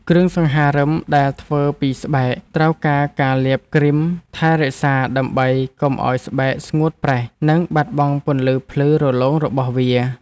គ្រឿងសង្ហារឹមដែលធ្វើពីស្បែក ត្រូវការការលាបគ្រីមថែរក្សាដើម្បីកុំឱ្យស្បែកស្ងួតប្រេះ និងបាត់បង់ពន្លឺភ្លឺរលោងរបស់វា។